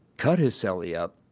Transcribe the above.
cut his cellie up,